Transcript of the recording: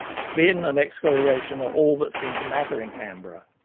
spin and excoriation are all that seem to matter in canberra.